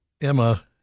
Emma